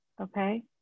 okay